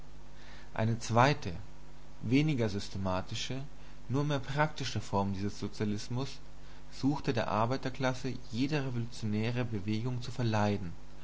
eine zweite weniger systematische nur mehr praktische form dieses sozialismus suchte der arbeiterklasse jede revolutionäre bewegung zu verleiden